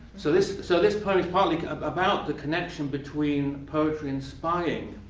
so this so this poem is partly about the connection between poetry and spying.